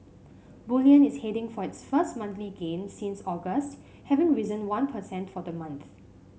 bullion is heading for its first monthly gain since August having risen one per cent for the month